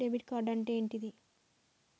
Debit card అంటే ఏంటిది?